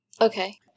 okay